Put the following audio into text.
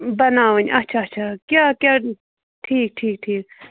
بَناوٕنۍ اَچھا اَچھا کیٛاہ کیٛاہ ٹھیٖک ٹھیٖک ٹھیٖک